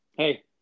hey